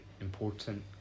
important